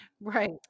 Right